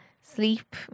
Sleep